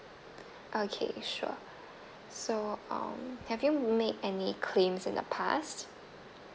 okay sure so um have you made any claims in the past